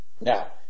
Now